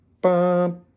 bum